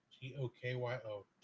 T-O-K-Y-O